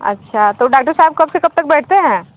अच्छा तो डाक्टर साहब कब से कब तक बैठते हैं